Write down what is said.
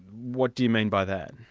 what do you mean by that?